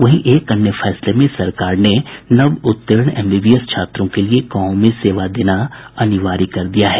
वहीं एक अन्य फैसले में सरकार ने नव उत्तीर्ण एमबीबीएस छात्रों के लिए गांवों में सेवा देना अनिवार्य कर दिया है